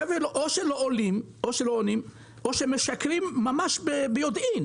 החבר'ה או שלא עונים או שהם משקרים ממש ביודעין.